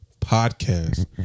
podcast